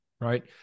right